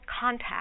contact